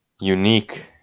unique